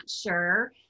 sure